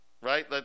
right